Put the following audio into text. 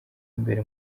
imbere